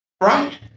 right